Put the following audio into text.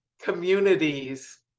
communities